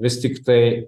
vis tiktai